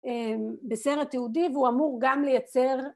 ‫בסרט תעודי, והוא אמור גם לייצר...